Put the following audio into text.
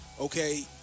okay